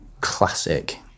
classic